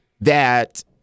That-